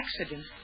Accident